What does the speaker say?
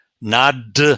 Nad